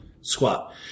squat